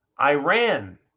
Iran